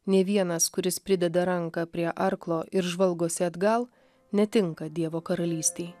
nė vienas kuris prideda ranką prie arklo ir žvalgosi atgal netinka dievo karalystei